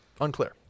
Unclear